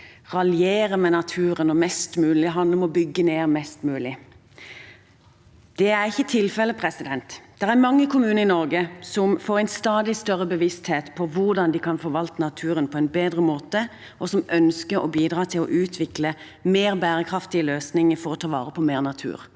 raljerer med naturen, og at det handler om å bygge ned mest mulig. Det er ikke tilfellet. Det er mange kommuner i Norge som får en stadig større bevissthet om hvordan de kan forvalte naturen på en bedre måte, og som ønsker å bidra til å utvikle mer bærekraftige løsninger for å ta vare på mer natur.